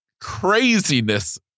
craziness